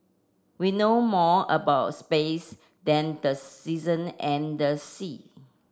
we know more about space than the season and the sea